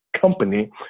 company